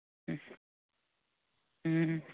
ꯎꯝ ꯎꯝ